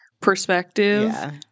perspective